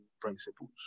principles